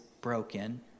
broken